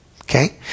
okay